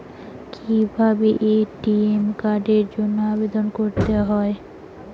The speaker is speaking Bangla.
কিভাবে এ.টি.এম কার্ডের জন্য আবেদন করতে হয়?